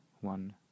one